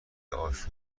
آشوب